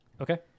Okay